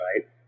right